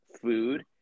food